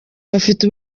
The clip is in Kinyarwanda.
bafite